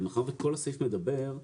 מאחר וכל הסעיף מדבר,